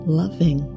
loving